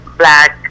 black